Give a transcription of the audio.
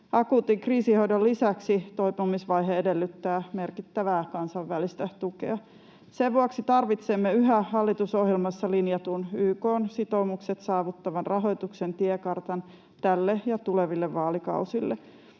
Akuutin kriisinhoidon lisäksi toipumisvaihe edellyttää merkittävää kansainvälistä tukea. Sen vuoksi tarvitsemme yhä hallitusohjelmassa linjatun, YK:n sitoumukset saavuttavan rahoituksen tiekartan tälle ja tuleville vaalikausille.